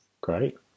Great